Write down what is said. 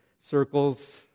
circles